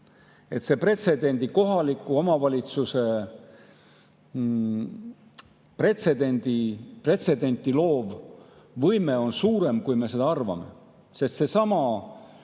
see hakkab levima. Kohaliku omavalitsuse pretsedenti loov võime on suurem, kui me seda arvame, sest seesama